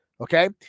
Okay